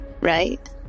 right